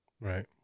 Right